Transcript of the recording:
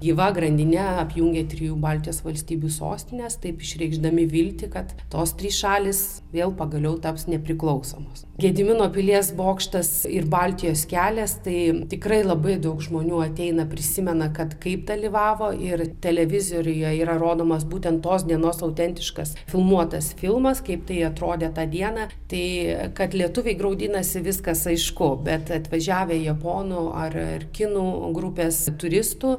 gyva grandine apjungia trijų baltijos valstybių sostines taip išreikšdami viltį kad tos trys šalys vėl pagaliau taps nepriklausomos gedimino pilies bokštas ir baltijos kelias tai tikrai labai daug žmonių ateina prisimena kad kaip dalyvavo ir televizoriuje yra rodomas būtent tos dienos autentiškas filmuotas filmas kaip tai atrodė tą dieną tai kad lietuviai graudinasi viskas aišku bet atvažiavę japonų ar kinų grupes turistų